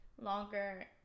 longer